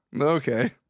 Okay